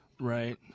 Right